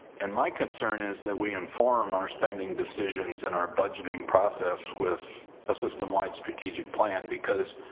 and my concern is that we inform our spending decisions in our budgeting process with a system-wide strategic plan because